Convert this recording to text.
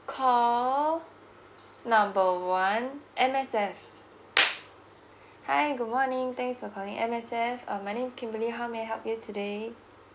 call number one M_S_F hi good morning thanks for calling M_S_F um my name kimberly how may I help you today